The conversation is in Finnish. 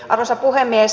arvoisa puhemies